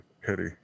Pity